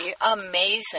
Amazing